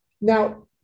now